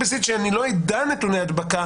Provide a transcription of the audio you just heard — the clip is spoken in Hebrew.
בסיסית כך שאני לא אדע פער בנתוני הדבקה.